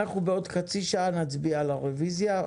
בעוד חצי שעה נצביע על הרביזיה.